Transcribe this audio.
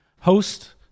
host